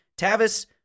Tavis